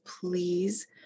please